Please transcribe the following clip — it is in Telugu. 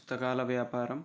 పుస్తకాల వ్యాపారం